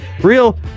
Real